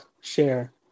share